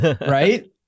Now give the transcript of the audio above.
Right